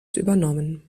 übernommen